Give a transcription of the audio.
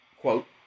quote